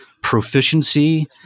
proficiency